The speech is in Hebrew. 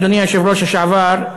אדוני היושב-ראש לשעבר,